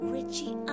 Richie